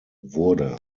wurde